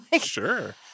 Sure